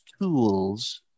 tools